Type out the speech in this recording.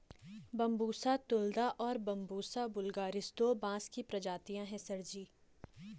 Bambusa तुलदा और बंबूसा वुल्गारिस दो बांस की प्रजातियां हैं सर जी